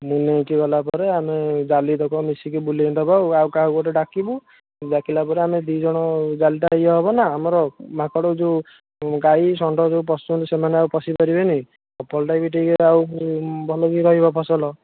ମୁଁ ନେଇକି ଗଲା ପରେ ଆମେ ଜାଲି ତକ ମିଶିକି ବୁଲାଇ ଦେବା ଆଉଁ ଆଉ କାହାକୁ ଗୋଟେ ଡାକିବୁ ଡାକିଲା ପରେ ଆମେ ଦୁଇଜଣ ଜାଲିଟା ଇଏ ହେବନା ଆମର ମାଙ୍କଡ଼ ଯେଉଁ ଗାଈ ଷଣ୍ଢ ଯେଉଁ ଯେଉଁ ପଶୁଛନ୍ତି ସେମାନେ ଆଉ ପଶି ପାରିବେନି ଫସଲଟା ବି ଟିକେ ଆଉ ଭଲ ବି ରହିବ ଫସଲ